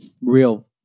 real